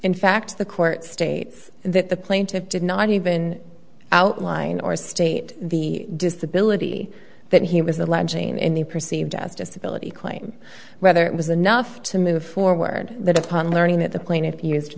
in fact the court states that the plaintive did not even outline or state the disability that he was alleging any perceived as a disability claim rather it was enough to move forward that upon learning that the plaintiff used